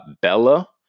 Bella